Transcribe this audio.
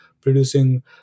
producing